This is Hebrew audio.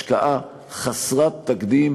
השקעה חסרת תקדים